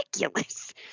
ridiculous